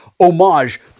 homage